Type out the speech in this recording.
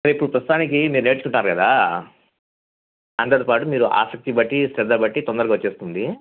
రేపు ప్రస్తుతానికి మీరు నేర్చుకుంటారు కదా దానితో పాటు మీరు ఆసక్తి బట్టి శ్రద్ద బట్టి తొందరగా వస్తుంది